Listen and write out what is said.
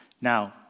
Now